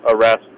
arrest